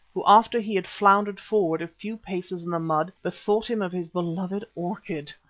who after he had floundered forward a few paces in the mud, bethought him of his beloved orchid.